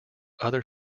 other